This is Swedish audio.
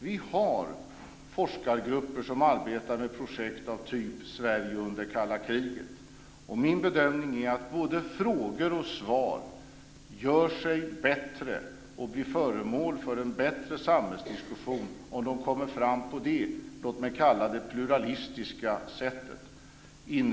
Vi har forskargrupper som arbetar med projekt av typen "Sverige under kalla kriget", och min bedömning är att både frågor och svar gör sig bättre och blir föremål för en bättre samhällsdiskussion om de kommer fram på - låt mig kalla det så - det pluralistiska sättet.